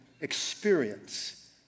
experience